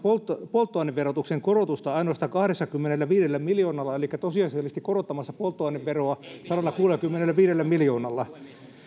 polttoaineverotuksen korotusta ainoastaan kahdeksallakymmenelläviidellä miljoonalla elikkä tosiasiallisesti korottamassa polttoaineveroa sadallakuudellakymmenelläviidellä miljoonalla